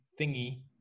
thingy